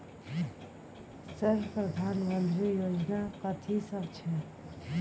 Sir प्रधानमंत्री योजना कथि सब छै?